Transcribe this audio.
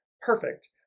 perfect